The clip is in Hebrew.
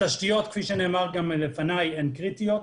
התשתיות, כפי שנאמר גם לפניי, הן קריטיות.